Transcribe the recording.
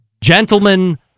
Gentlemen